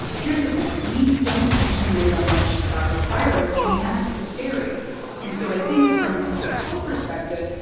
here's the thing we don't actually know that much about this virus, and that is scary and so i think from a public health perspective,